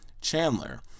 chandler